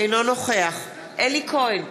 אינו נוכח אלי כהן,